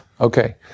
Okay